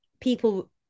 people